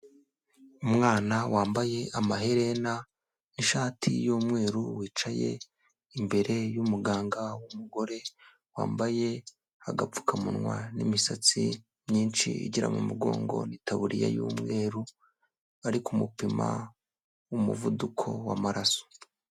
Umwana wambaye amaherena n' ishati y'umweru, wicaye imbere y'umuganga w'umugore, wambaye agapfukamunwa n'misatsi myinshi igera mumugongo n' itaburiya y'umweru, ari kumupima umuvuduko w' amaraso.